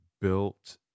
built